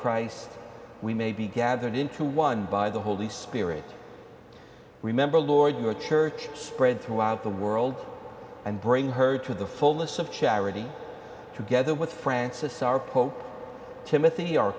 christ we may be gathered into one by the holy spirit remember lord your church spread throughout the world and bring her to the fullness of charity together with francis our pope timothy o